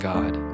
God